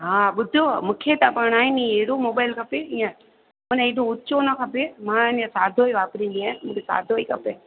हा ॿुधो मूंखे त पर आहे नी अहिड़ो मोबाइल खपे इअं माने हेॾो उचो न खपे मां आई न सादो ई वापरींदी आहियां मूंखे सादो ई खपे